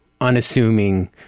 unassuming